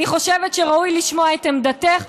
אני חושבת שראוי לשמוע את עמדתך,